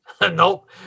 Nope